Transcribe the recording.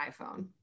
iPhone